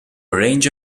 arrange